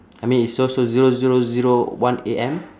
I mean it's so so zero zero zero one A_M